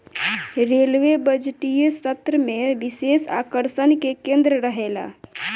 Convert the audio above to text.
railway बजटीय सत्र में विशेष आकर्षण के केंद्र रहेला